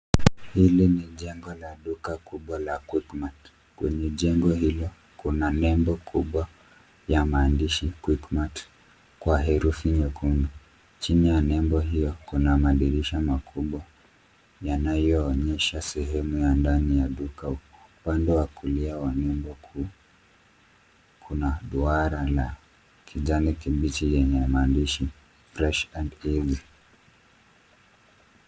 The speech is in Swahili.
Hili ni jengo la duka kubwa la Quickmart. Kwenye jengo hilo kuna nembo kubwa ya maandishi Quckmart kwa herufi nyekundu. Chini ya nembo hiyo kuna madirisha makubwa yanayoonyesha sehemu ya ndani ya duka. Upande wa kulia wa nembo kuu, kuna duara la kijani kibichi yenye maandishi fresh and easy .